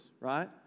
right